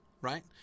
right